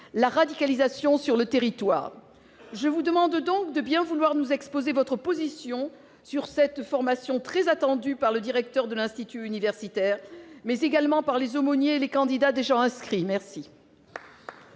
la radicalisation sur le territoire. Je vous demande donc de bien vouloir nous exposer votre position sur cette formation, très attendue par le directeur de l'Institut universitaire, mais également par les aumôniers et les candidats déjà inscrits. La